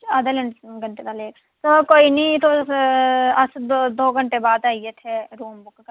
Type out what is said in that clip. अद्धे घैंटे दा लेट चलो कोई नी तुस अस दो दो घैंटे बाद च आइयै इत्थै रूम बुक करने अपना